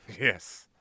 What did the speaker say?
Yes